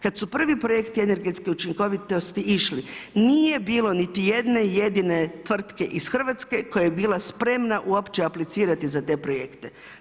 Kad su prvi projekti energetske učinkovitosti išli nije bilo niti jedne jedine tvrtke iz Hrvatske koja je bila spremna uopće aplicirati za te projekte.